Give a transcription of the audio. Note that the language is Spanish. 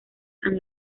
han